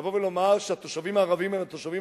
לבוא ולומר שהתושבים הערבים הם התושבים